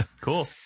cool